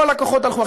כל הכוחות הלכו.